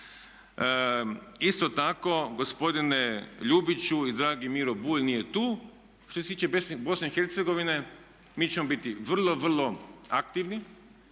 Isto tako, gospodine Ljubiću i dragi Miro Bulj nije tu, što se tiče predsjednik BiH mi ćemo biti vrlo, vrlo aktivni